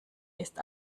ist